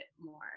more